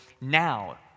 now